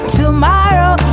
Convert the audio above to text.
tomorrow